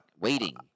waiting